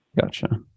Gotcha